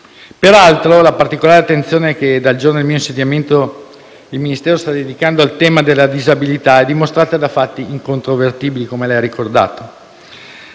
Peraltro, la particolare attenzione che, dal giorno del mio insediamento, il Ministero sta dedicando al tema della disabilità, è dimostrata da fatti incontrovertibili, come lei ha ricordato: